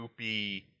goopy